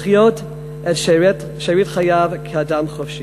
לחיות את שארית חייו כאדם חופשי.